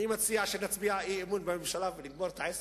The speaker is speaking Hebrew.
אני מציע שנצביע אי-אמון בממשלה ונגמור את העסק.